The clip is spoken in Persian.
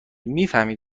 میفهمی